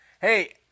Hey